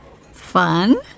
Fun